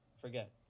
Forget